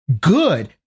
good